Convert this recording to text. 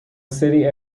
city